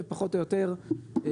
ופחות או יותר לתעשייה,